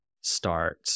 start